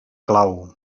clau